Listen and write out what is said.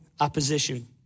opposition